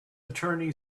attorney